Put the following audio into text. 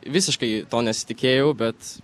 visiškai to nesitikėjau bet